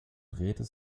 drehte